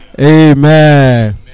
Amen